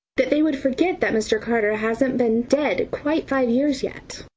that they would forget that mr. carter hasn't been dead quite five years yet.